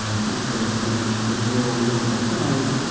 ah since there was so much goodwill on all sides.